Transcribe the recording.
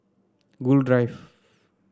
Gul Drive